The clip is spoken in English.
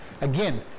Again